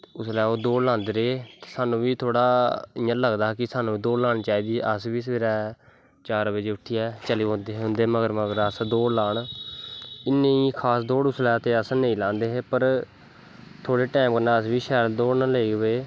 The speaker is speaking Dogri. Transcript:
उसलै ओह् दौड़ लांदे रेह् ते साह्नू बी थोह्ड़ा इयां लगदा हा कि साह्नू बी दौड़ लाना चाही दी ऐ अस बी सवेरै चार बज़े उट्ठियै चली पौंदे हे उंदै मगर मगर अस दौड़ लान इन्नी ते खास दौड़ अस उसलै ते नेंई लांदे हे पर थोह्ड़े टैम कन्नै अस बी शैल दौड़न लगी पे